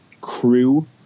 crew